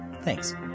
Thanks